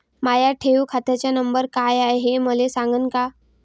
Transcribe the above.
माया ठेव खात्याचा नंबर काय हाय हे मले सांगान का?